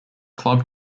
club